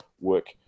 work